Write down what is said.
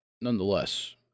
nonetheless